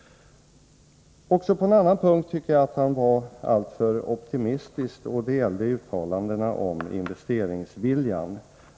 Också på en annan punkt tycker jag att Arne Gadd var alltför optimistisk — jag tänker på uttalandena om investeringsviljan.